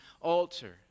altar